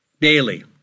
Daily